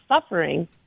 suffering